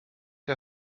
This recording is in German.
der